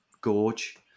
gorge